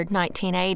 1980